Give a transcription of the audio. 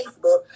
Facebook